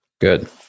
Good